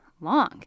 long